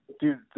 Dude